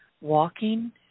walking